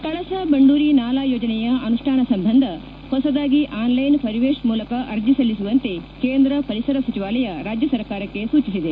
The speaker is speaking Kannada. ಕಳಸಾ ಬಂಡೂರಿ ನಾಲಾ ಯೋಜನೆಯ ಅನುಷ್ಠಾನ ಸಂಬಂಧ ಹೊಸದಾಗಿ ಆನ್ಲೈನ್ ಪರಿವೇಶ್ ಮೂಲಕ ಅರ್ಜಿ ಸಲ್ಲಿಸುವಂತೆ ಕೇಂದ್ರ ಪರಿಸರ ಸಚಿವಾಲಯ ರಾಜ್ಯ ಸರ್ಕಾರಕ್ಕೆ ಸೂಚಿಸಿದೆ